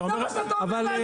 זה מה שאתה אומר לאנשים.